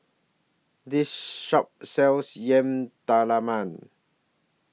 This Shop sells Yam Talam Man